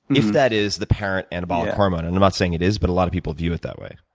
if that is the parent anabolic hormone, and i'm not saying it is, but a lot of people view it that way?